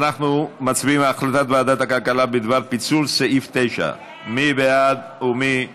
אנחנו מצביעים על הצעת ועדת הכלכלה בדבר פיצול סעיף 9. מי בעד ומי נגד?